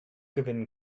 gewinnen